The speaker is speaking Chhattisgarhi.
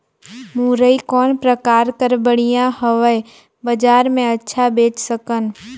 मुरई कौन प्रकार कर बढ़िया हवय? बजार मे अच्छा बेच सकन